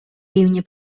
рівні